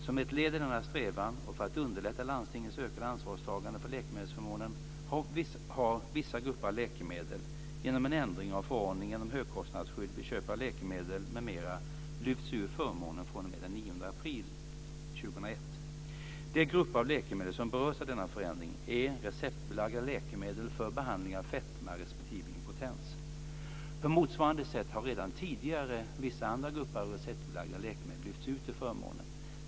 Som ett led i denna strävan och för att underlätta landstingens ökade ansvarstagande för läkemedelsförmånen har vissa grupper av läkemedel, genom en ändring av förordningen 2001. De grupper av läkemedel som berörs av denna förändring är receptbelagda läkemedel för behandling av fetma respektive impotens. På motsvarande sätt har redan tidigare vissa andra grupper av receptbelagda läkemedel lyfts ut ur förmånen.